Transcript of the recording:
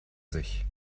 sich